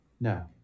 No